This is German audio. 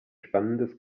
spannendes